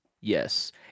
Yes